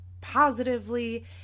positively